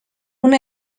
una